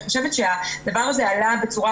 הדבר הזה עלה בצורה